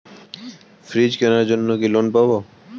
Fridge কেনার জন্য কি লোন পাব?